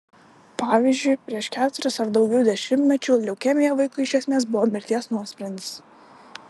pavyzdžiui prieš keturis ar daugiau dešimtmečių leukemija vaikui iš esmės buvo mirties nuosprendis